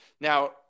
Now